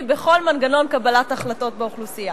בכל מנגנון של קבלת החלטות באוכלוסייה.